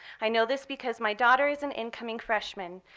i know this because my daughter is an incoming freshman.